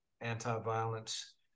anti-violence